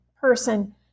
person